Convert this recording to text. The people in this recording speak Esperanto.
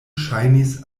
ŝajnis